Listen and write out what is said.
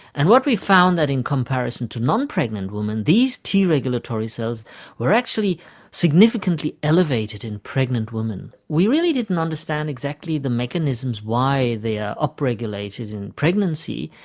and what we found was that in comparison to non-pregnant women these t regulatory cells were actually significantly elevated in pregnant women. we really didn't understand exactly the mechanisms why they are up regulated in pregnancy,